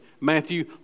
Matthew